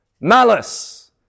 Malice